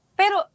pero